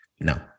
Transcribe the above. No